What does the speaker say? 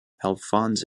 alphonse